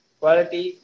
quality